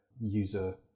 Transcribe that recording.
user